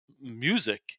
music